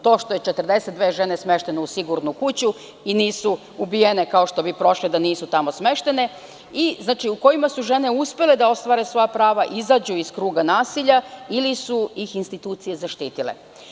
To što je 42 žene smešteno u Sigurnu kuću i nisu ubijene da nisu tamo smeštene, u kojima su žene uspele da ostvare svoja prava i izađu iz kruga nasilja ili su ih institucije zaštitile.